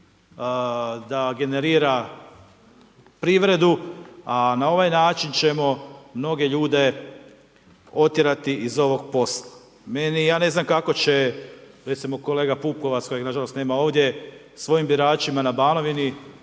da generira privredu, a na ovaj način ćemo mnoge ljude otjerati iz ovog posla. Ja ne znam kako će kolega Pupovac, kojeg na žalost nema ovdje, svojim biračima na Banovini